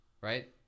right